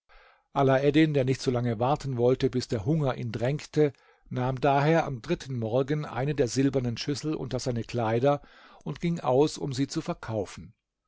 alaeddin der nicht solange warten wollte bis der hunger ihn drängte nahm daher am dritten morgen eine der silbernen schüsseln unter seine kleider und ging aus um sie zu verkaufen